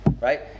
Right